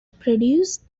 produce